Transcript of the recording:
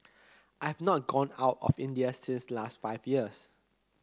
I have not gone out of India since last five years